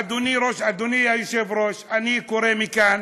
אדוני היושב-ראש, אני קורא מכאן